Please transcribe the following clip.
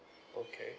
okay